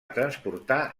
transportar